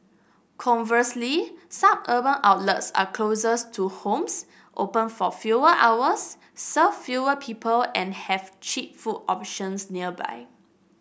conversely suburban outlets are closer to homes open for fewer hours serve fewer people and have cheap food options nearby